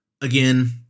again